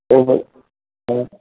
உங்கள் ஆ